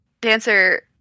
dancer